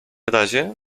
razie